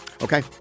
Okay